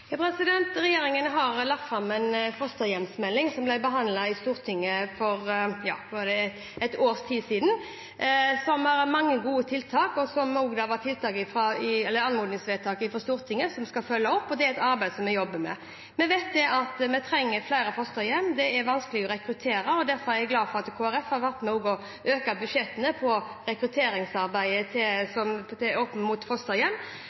Regjeringen har lagt fram en fosterhjemsmelding som ble behandlet i Stortinget for ett års tid siden, der det var mange gode tiltak, og der det også var anmodningsvedtak fra Stortinget som vi skal følge opp, og det er et arbeid vi jobber med. Vi vet at vi trenger flere fosterhjem. Det er vanskelig å rekruttere, og derfor er jeg glad for at også Kristelig Folkeparti har vært med på å øke budsjettene på rekrutteringsarbeidet opp mot fosterhjem.